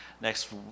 Next